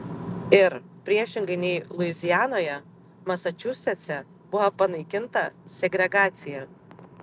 ir priešingai nei luizianoje masačusetse buvo panaikinta segregacija